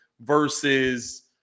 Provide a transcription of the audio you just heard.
versus